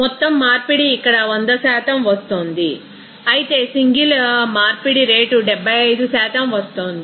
మొత్తం మార్పిడి ఇక్కడ 100 వస్తోంది అయితే సింగిల్ మార్పిడి రేటు 75 వస్తోంది